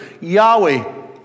Yahweh